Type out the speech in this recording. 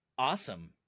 Awesome